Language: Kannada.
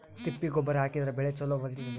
ತಿಪ್ಪಿ ಗೊಬ್ಬರ ಹಾಕಿದರ ಬೆಳ ಚಲೋ ಬೆಳಿತದೇನು?